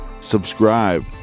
subscribe